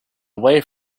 away